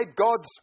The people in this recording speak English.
God's